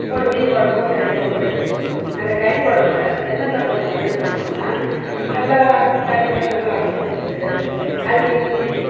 ஒரு மீன் குழம்போ ஒரு கறி குழம்போ வக்கிறேன் அந்த கறி குழம்புல என்னென்ன போட்டு சமையல் பண்ணணும்னால் நல்லா கறிங்களை நல்லா அளச்சு வெச்சுட்டு அதுக்கு இஞ்சி